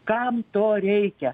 kam to reikia